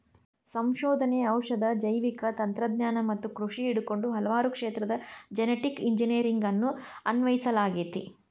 ಸಂಶೋಧನೆ, ಔಷಧ, ಜೈವಿಕ ತಂತ್ರಜ್ಞಾನ ಮತ್ತ ಕೃಷಿ ಹಿಡಕೊಂಡ ಹಲವಾರು ಕ್ಷೇತ್ರದಾಗ ಜೆನೆಟಿಕ್ ಇಂಜಿನಿಯರಿಂಗ್ ಅನ್ನು ಅನ್ವಯಿಸಲಾಗೆತಿ